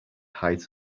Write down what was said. height